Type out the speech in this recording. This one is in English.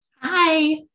Hi